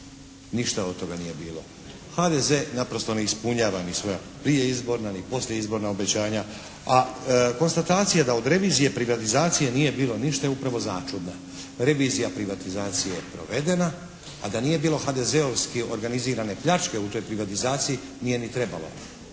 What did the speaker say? Ništa od toga nije bilo. HDZ naprosto ne ispunjava ni svoja prijeizborna ni poslijeizborna obećanja a konstatacije da od revizije privatizacije nije bilo ništa je upravo začudna. Revizija privatizacije je provedena a da nije bilo HDZ-ovski organizirane pljačke u toj privatizaciji nije ni trebala